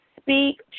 Speak